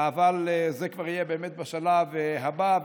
אבל זה כבר באמת יהיה בשלב הבא.